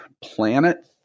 Planet